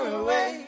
away